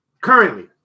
Currently